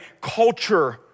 culture